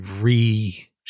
re